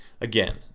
again